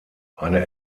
eine